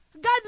God